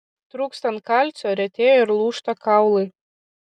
trūkstant kalcio retėja ir lūžta kaulai